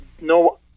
no